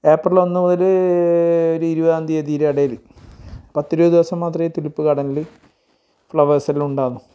April ഒന്ന് മുതൽ ഒരു ഇരുവതാം തീയതിരെ ഇടയിൽ പത്തിരുപത് ദിവസം മാത്രമേ തുലിപ്പ് ഗാഡനിൽ ഫ്ലവേഴ്സെല്ലാം ഉണ്ടാവുന്ന